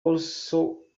also